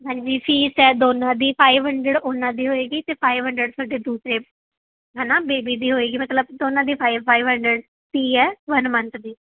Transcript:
ਹਾਂਜੀ ਫੀਸ ਹੈ ਦੋਨਾਂ ਦੀ ਫਾਈਵ ਹੰਡਰਡ ਉਹਨਾਂ ਦੀ ਹੋਏਗੀ ਅਤੇ ਫਾਈਵ ਹੰਡਰਡ ਤੁਹਾਡੇ ਦੂਸਰੇ ਹੈ ਨਾ ਬੇਬੀ ਦੀ ਹੋਏਗੀ ਮਤਲਬ ਦੋਨਾਂ ਦੀ ਫਾਈਵ ਫਾਈਵ ਹੰਡਰਡ ਫੀ ਹੈ ਵਨ ਮੰਥ ਦੀ